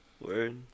word